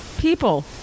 People